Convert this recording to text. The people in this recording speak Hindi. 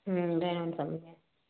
ड्रॉइंग सब